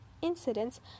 incidents